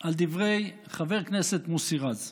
על דברי חבר הכנסת מוסי רז.